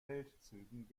feldzügen